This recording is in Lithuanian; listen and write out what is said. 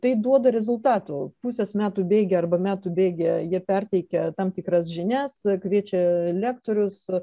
tai duoda rezultatų pusės metų bėgyje arba metu bigyje jie perteikia tam tikras žinias kviečia lektorius